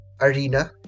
arena